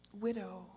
widow